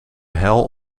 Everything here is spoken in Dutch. hel